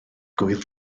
gŵyl